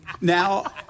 Now